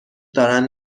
دارن